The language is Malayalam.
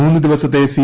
മൂന്ന് ദിവസത്തെ സി